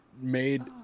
made